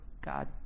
God